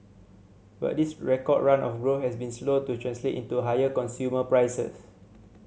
but this record run of growth has been slow to translate into higher consumer prices